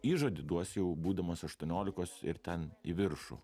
įžodį duosi jau būdamas aštuoniolikos ir ten į viršų